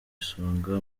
isonga